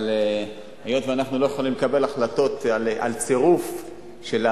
אבל היות שאנחנו לא יכולים לקבל החלטות על צירוף של,